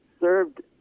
served